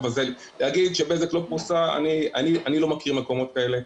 להגיד שבזק לא פרוסה, אני לא מכיר מקומות כאלה,